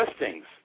listings